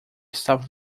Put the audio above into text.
estava